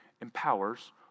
empowers